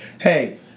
hey